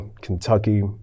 Kentucky